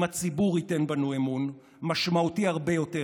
אם הציבור ייתן בנו אמון משמעותי הרבה יותר,